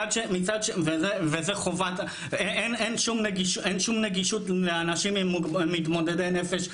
אין שום נגישות לאנשים מתמודדי נפש.